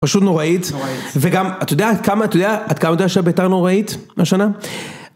פשוט נוראית וגם את יודעת כמה את יודעת כמה את יודעת שהייתה ביתר נוראית השנה